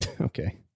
Okay